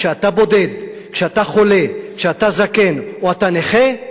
כשאתה בודד, כשאתה חולה, כשאתה זקן, או אתה נכה,